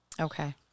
Okay